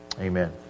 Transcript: amen